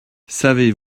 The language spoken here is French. savez